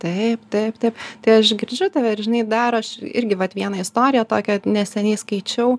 taip taip taip tai aš girdžiu tave ir žinai dar aš irgi vat vieną istoriją tokią neseniai skaičiau